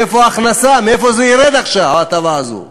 מאיפה ההכנסה, מאיפה זה ירד עכשיו, ההטבה הזאת?